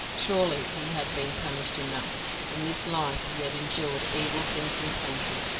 surely he had been punished enough in this life he had endured evil things in plenty,